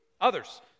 Others